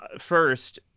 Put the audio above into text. first